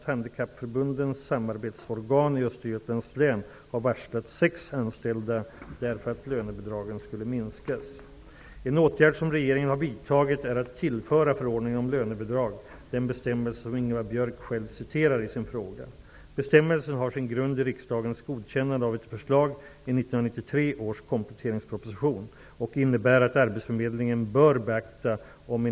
Trots detta pågår för närvarande en omprövning och i många fall en sänkning av befintliga lönebidrag för anställda i olika handikapporganisationer, varför organisationerna tvingas varsla sin personal om uppsägningar. Detta gäller t.ex. Handikappförbundens Samarbetsorgan i Östergötlands län, där sex anställda riskerar att bli arbetslösa.